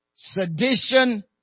sedition